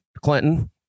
Clinton